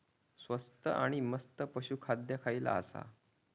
स्वस्त आणि मस्त पशू खाद्य खयला आसा?